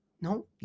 No